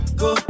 go